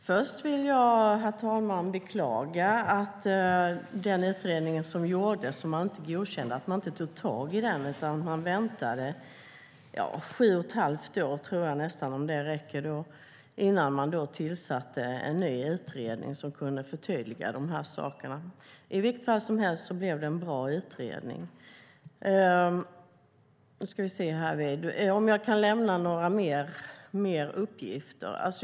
Herr talman! Först vill jag beklaga att man inte tog tag i den utredning som gjordes utan väntade i nästan sju och ett halvt år, om det räcker, innan man tillsatte en ny utredning som kunde komma med förtydliganden. I vilket fall som helst blev det en bra utredning. Jag fick frågan om jag kan lämna några mer uppgifter.